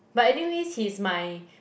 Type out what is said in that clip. but anyways he's my